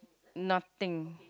nothing